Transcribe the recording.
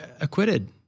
acquitted